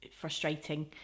frustrating